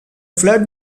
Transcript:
flood